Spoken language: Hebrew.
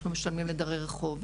אנחנו משלמים לדרי רחוב,